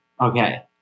okay